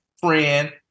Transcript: friend